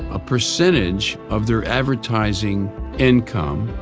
a percentage of their advertising income.